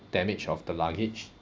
damage of the luggage